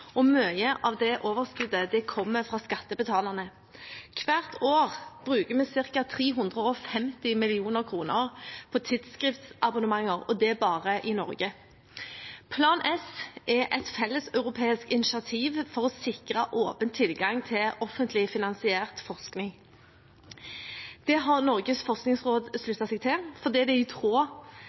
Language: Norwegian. og mye av dette overskuddet kommer fra skattebetalerne. Hvert år bruker vi ca. 350 mill. kr på tidsskriftsabonnementer bare i Norge. Plan S er et felleseuropeisk initiativ for å sikre åpen tilgang til offentlig finansiert forskning. Det har Norges forskningsråd sluttet seg til, fordi det er i tråd